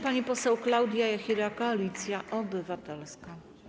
Pani poseł Klaudia Jachira, Koalicja Obywatelska.